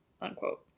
Unquote